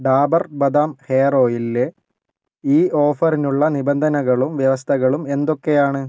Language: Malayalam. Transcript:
ഡാബർ ബദാം ഹെയർ ഓയിലിലെ ഈ ഓഫറിനുള്ള നിബന്ധനകളും വ്യവസ്ഥകളും എന്തൊക്കെയാണ്